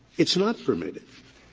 it's not permitted.